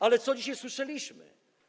Ale co dzisiaj słyszeliśmy?